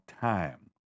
time